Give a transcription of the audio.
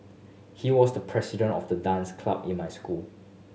he was the president of the dance club in my school